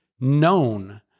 known